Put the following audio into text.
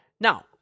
Now